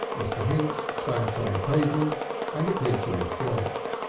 mr. hinks spat on the pavement and appeared to reflect.